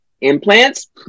implants